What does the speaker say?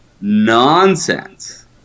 nonsense